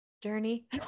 journey